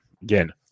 Again